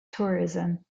tourism